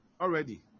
Already